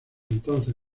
entonces